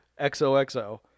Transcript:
XOXO